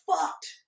fucked